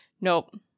Nope